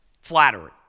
flattery